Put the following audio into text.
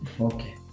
Okay